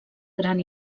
gran